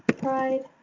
pride,